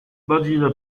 badine